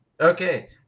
Okay